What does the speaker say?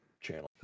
channel